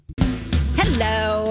Hello